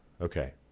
Okay